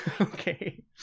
Okay